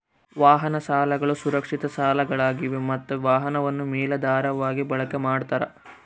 ವಾಹನ ಸಾಲಗಳು ಸುರಕ್ಷಿತ ಸಾಲಗಳಾಗಿವೆ ಮತ್ತ ವಾಹನವನ್ನು ಮೇಲಾಧಾರವಾಗಿ ಬಳಕೆ ಮಾಡ್ತಾರ